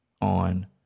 on